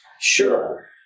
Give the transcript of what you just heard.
sure